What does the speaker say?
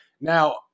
Now